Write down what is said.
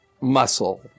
muscle